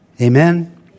Amen